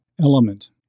element